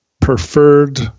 preferred